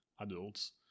adults